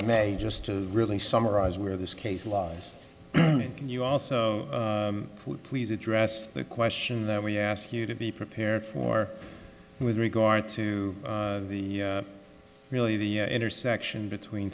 i may just to really summarize where this case lies can you also put please address the question that we ask you to be prepared for with regard to the really the intersection between